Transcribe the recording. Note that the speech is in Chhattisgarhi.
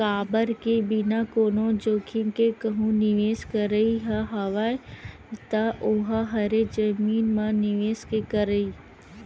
काबर के बिना कोनो जोखिम के कहूँ निवेस करई ह हवय ता ओहा हरे जमीन म निवेस के करई